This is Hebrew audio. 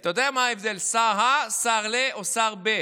אתה יודע מה ההבדל, שר ה-, שר ל- או שר ב-?